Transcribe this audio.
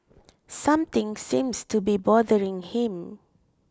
something seems to be bothering him